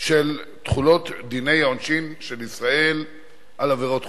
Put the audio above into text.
של תחולת דיני העונשין של ישראל על עבירות חוץ"